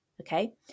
okay